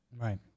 Right